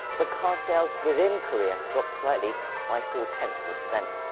but car sales within korea dropped slightly by four-tenths-of-a-percent.